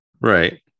Right